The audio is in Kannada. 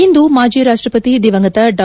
ಇಂದು ಮಾಜಿ ರಾಷ್ಟಪತಿ ದಿವಂಗತ ಡಾ